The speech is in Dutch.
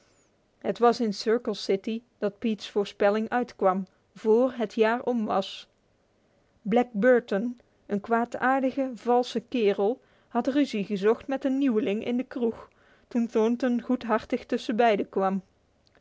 het was in circle city dat pete's voorspelling uitkwam vr het jaar om was black burton een kwaadaardige valse kerel had ruzie gezocht met een nieuweling in de kroeg toen thornton goedhartig tussenbeide kwam